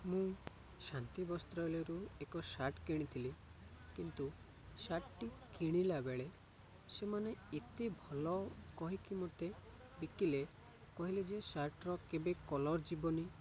ମୁଁ ଶାନ୍ତି ବସ୍ତ୍ରାଳୟରୁ ଏକ ସାର୍ଟ କିଣିଥିଲି କିନ୍ତୁ ସାର୍ଟଟି କିଣିଲା ବେଳେ ସେମାନେ ଏତେ ଭଲ କହିକି ମୋତେ ବିକିଲେ କହିଲେ ଯେ ସାର୍ଟର କେବେ କଲର୍ ଯିବନି